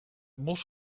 mos